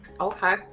okay